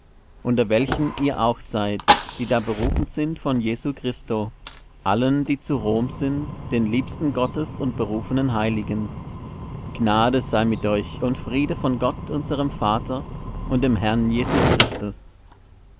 unter welchen ihr auch seid die da berufen sind von jesu christo allen die zu rom sind den liebsten gottes und berufenen heiligen gnade sei mit euch und friede von gott unserm vater und dem herrn jesus christus